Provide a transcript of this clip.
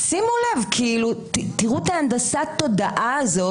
שימו לב, כאילו תראו את הנדסת התודעה הזאת,